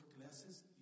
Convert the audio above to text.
classes